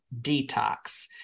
detox